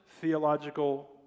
theological